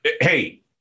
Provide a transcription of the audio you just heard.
Hey